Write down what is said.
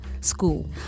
school